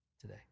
today